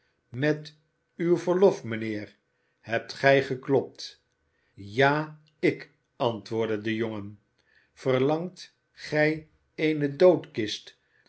met uw verlof mijnheer hebt gij geklopt ja ik antwoordde de jongen verlangt gij eene